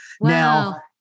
Now